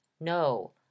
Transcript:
No